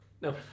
No